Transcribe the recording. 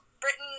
Britain